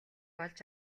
олж